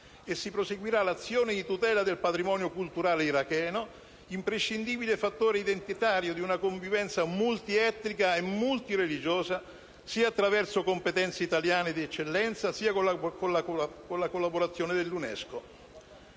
Si proseguirà l'azione di tutela del patrimonio culturale iracheno, imprescindibile fattore identitario di una convivenza multietnica e multireligiosa, sia attraverso competenze italiane d'eccellenza sia con la collaborazione dell'UNESCO.